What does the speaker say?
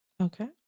okay